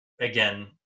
again